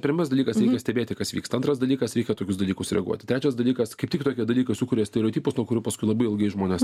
pirmas dalykas stebėti kas vyksta antras dalykas reikia tokius dalykus reaguoti trečias dalykas kaip tik tokie dalykai sukuria stereotipus kurių paskui labai ilgai žmonės